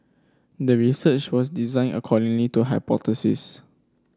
the research was designed accordingly to hypothesis